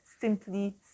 simply